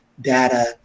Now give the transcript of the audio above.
data